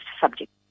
subject